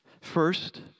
First